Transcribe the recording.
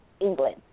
England